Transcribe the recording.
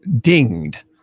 dinged